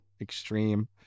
extreme